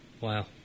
wow